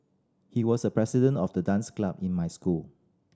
he was a president of the dance club in my school